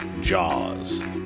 Jaws